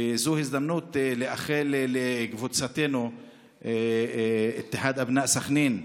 זו הזדמנות לאחל לקבוצתנו אתיחאד אבנאא' סח'נין,